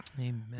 Amen